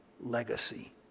legacy